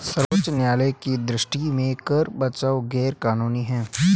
सर्वोच्च न्यायालय की दृष्टि में कर बचाव गैर कानूनी है